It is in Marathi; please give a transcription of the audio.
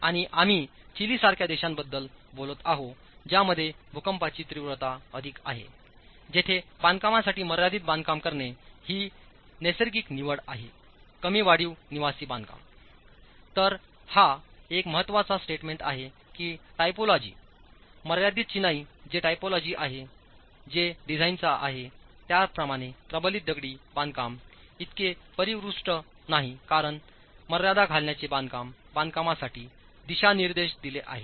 आणि आम्ही चिली सारख्या देशांबद्दल बोलत आहोतज्यामध्ये भूकंपांची तीव्रता अधिक आहे जेथे बांधकामासाठी मर्यादीत बांधकाम करणे ही नैसर्गिक निवड आहेकमी वाढीव निवासी बांधकाम तर हा एक महत्त्वाचास्टेटमेंट आहे की टायपोलॉजी मर्यादित चिनाई जे टायपोलॉजी आहे जे डिझाइनचा आहे त्याप्रमाणे प्रबलित दगडी बांधकाम इतके परिष्कृत नाही कारण मर्यादा घालण्याचे काम बांधकामासाठी दिशानिर्देश दिले आहेत